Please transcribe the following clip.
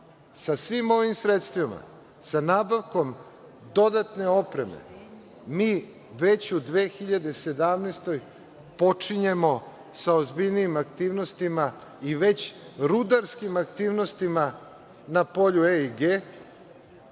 Sa svim ovim sredstvima, sa nabavkom dodatne opreme mi, već u 2017. godini počinjemo sa ozbiljnijim aktivnostima i već rudarskim aktivnostima na polju E